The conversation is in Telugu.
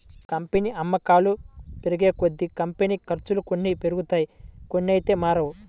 కంపెనీ అమ్మకాలు పెరిగేకొద్దీ, కంపెనీ ఖర్చులు కొన్ని పెరుగుతాయి కొన్నైతే మారవు